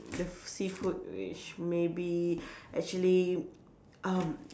the seafood which maybe actually um